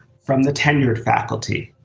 from the tenured faculty,